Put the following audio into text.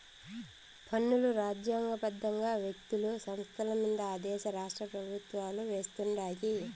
పన్నులు రాజ్యాంగ బద్దంగా వ్యక్తులు, సంస్థలమింద ఆ దేశ రాష్ట్రపెవుత్వాలు వేస్తుండాయి